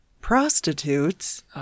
prostitutes